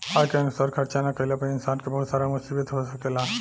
आय के अनुसार खर्चा ना कईला पर इंसान के बहुत सारा मुसीबत हो सकेला